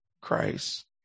Christ